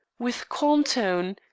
with calm tone,